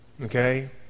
okay